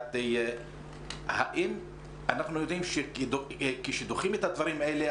אנחנו יודעים כשדוחים את הדברים האלה,